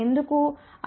ఆ కారణం Z0 50 Ω ఉంది